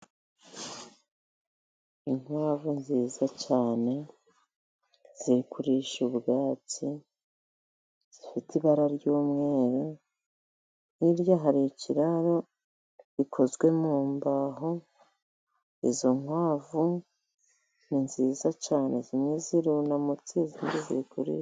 Inkwavu nziza cyane ziri kuririsha ubwatsi, zifite ibara ry'umweru, hirya hari ikiraro gikozwe mu mbaho, izo nkwavu ni nziza cyane, zimwe zirunamutse, izindi ziri kurisha.